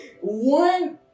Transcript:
one